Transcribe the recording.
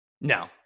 No